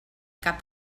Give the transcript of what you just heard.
cap